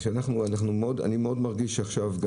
אני מרגיש שעכשיו,